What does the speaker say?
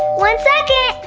one second!